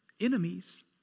enemies